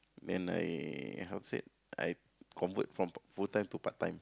then I how to say I convert from p~ full time to part time